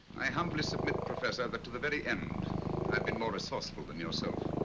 i humbly submit, professor, that to the very end i've been more resourceful than yourself.